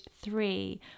three